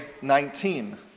19